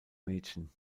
mädchen